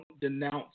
denounce